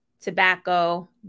tobacco